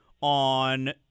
on